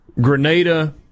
Grenada